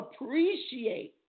appreciate